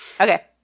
Okay